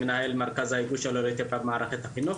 הייתי מנהל מרכז של האגוד של עולי אתיופיה במערכת החינוך